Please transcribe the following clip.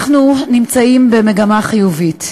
אנחנו נמצאים במגמה חיובית.